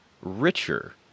richer